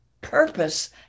purpose